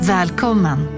Välkommen